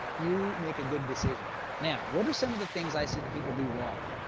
you make a good decision. now what are some of the things i see that people do wrong?